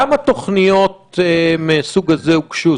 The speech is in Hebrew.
כמה תוכניות מהסוג הזה הוגשו?